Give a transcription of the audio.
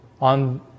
on